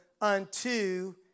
unto